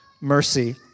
Mercy